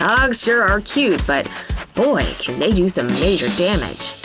dogs sure are cute but boy, can they do some major damage.